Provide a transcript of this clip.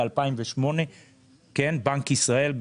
ב-2008 בנק ישראל,